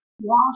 Wash